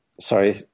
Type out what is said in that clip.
Sorry